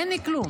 אין כלום.